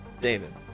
David